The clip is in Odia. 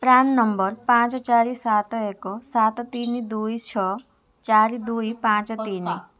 ପ୍ରାନ୍ ନମ୍ବର ପାଞ୍ଚ ଚାରି ସାତ ଏକ ସାତ ତିନି ଦୁଇ ଛଅ ଚାରି ଦୁଇ ପାଞ୍ଚ ତିନି